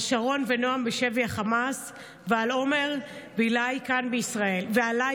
על שרון ונעם בשבי חמאס ועל עומר ועליי כאן בישראל,